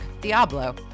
Diablo